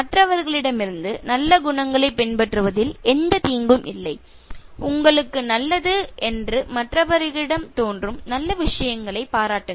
மற்றவர்களிடமிருந்து நல்ல குணங்களைப் பின்பற்றுவதில் எந்தத் தீங்கும் இல்லை உங்களுக்கு நல்லது என்று மற்றவர்களிடம் தோன்றும் நல்ல விஷயங்களைப் பாராட்டுங்கள்